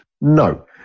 no